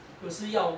有时要